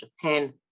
Japan